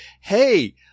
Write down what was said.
hey